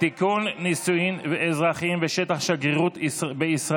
(תיקון, נישואין בנציגויות זרות בשטח ישראל)